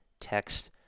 text